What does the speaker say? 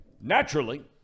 naturally